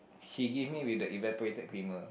he give me with the evaporated creamer